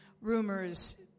rumors